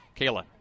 Kayla